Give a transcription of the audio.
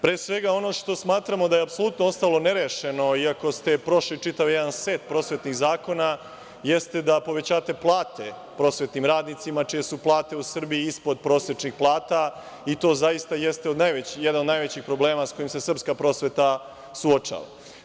Pre svega ono što smatramo da je apsolutno ostalo nerešeno, iako ste prošli čitav jedan set prosvetnih zakona jeste da povećate plate prosvetnim radnicima čije su plate u Srbiji ispod prosečnih plata i to zaista jeste najveći jedan, od najvećih problema kojim se srpska prosveta suočava.